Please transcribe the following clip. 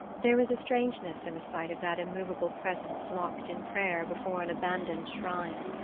there was a strangeness in the sight of that immovable presence locked in prayer before an abandoned shrine.